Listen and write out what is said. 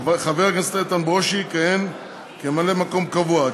חבר הכנסת איתן ברושי יכהן כממלא-מקום קבוע.